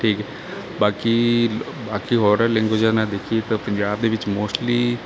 ਠੀਕ ਬਾਕੀ ਬਾਕੀ ਹੋਰ ਲੈਂਗੁਏਜ ਨਾਲ ਦੇਖੀਏ ਤਾਂ ਪੰਜਾਬ ਦੇ ਵਿੱਚ ਮੋਸਟਲੀ